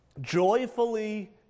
joyfully